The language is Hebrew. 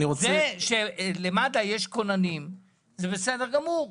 זה שלמד"א יש כוננים, זה בסדר גמור.